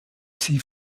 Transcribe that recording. sie